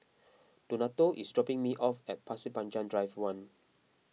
Donato is dropping me off at Pasir Panjang Drive one